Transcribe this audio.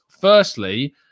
Firstly